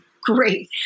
great